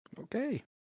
Okay